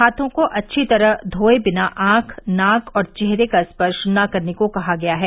हाथों को अच्छी तरह धोए बिना आंख नाक और चेहरे का स्पर्श न करने को कहा गया है